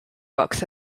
books